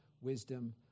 wisdom